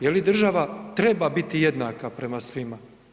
Je li država treba biti jednaka prema svima?